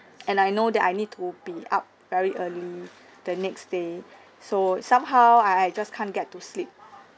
and I know that I need to be up very early the next day so somehow I I just can't get to sleep